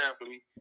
family